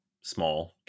small